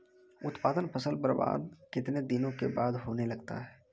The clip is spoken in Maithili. उत्पादन फसल बबार्द कितने दिनों के बाद होने लगता हैं?